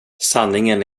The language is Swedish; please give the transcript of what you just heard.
sanningen